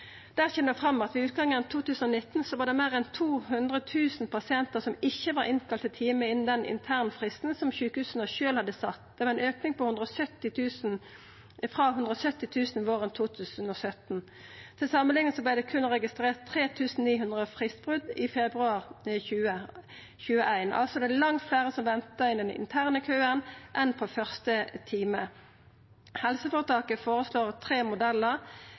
Ved utgangen av 2019 var det meir enn 200 000 pasientar som ikkje var kalla inn til time innan den internfristen som sjukehuset sjølv hadde sett. Det var ein auke frå 170 000 våren 2017. Til samanlikning vart det berre registrert 3 900 fristbrot til første kontakt med sjukehus i februar 2021 – altså er det langt fleire som ventar i den interne køen enn på første time. Helseføretaket føreslår tre modellar